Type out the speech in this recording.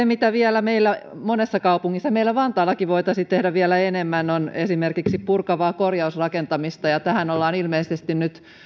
mitä monessa kaupungissa meillä vantaallakin voitaisiin tehdä vielä enemmän on purkava korjausrakentaminen tähän ollaan ilmeisesti nyt